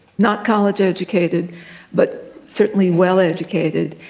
not college educated but certainly well educated,